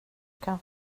kan